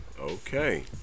okay